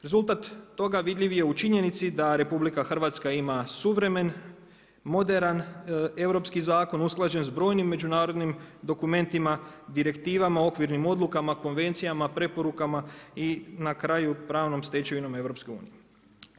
Rezultat toga vidljiv je u činjenici da RH ima suvremen, moderan europski zakon usklađen s brojnim međunarodnim dokumentima, direktivama, okvirnim odlukama, konvencijama, preporukama i na kraju pravnom stečevinom EU-a.